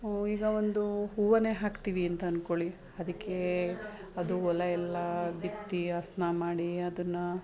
ಈಗ ಒಂದು ಹೂವನ್ನೇ ಹಾಕ್ತೀವಿ ಅಂತ ಅಂದ್ಕೊಳ್ಳಿ ಅದಕ್ಕೆ ಅದು ಹೊಲ ಎಲ್ಲ ಭಿತ್ತಿ ಅಸ್ನ ಮಾಡಿ ಅದನ್ನು